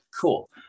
cool